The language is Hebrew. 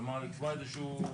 כלומר, לקבוע איזה שהוא,